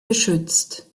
geschützt